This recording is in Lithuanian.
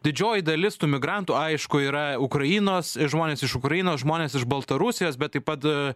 didžioji dalis tų migrantų aišku yra ukrainos žmonės iš ukrainos žmonės iš baltarusijos bet taip pat